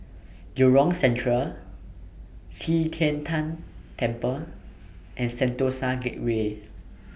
Jurong Central Qi Tian Tan Temple and Sentosa Gateway